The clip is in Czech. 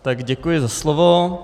Tak děkuji za slovo.